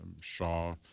Shaw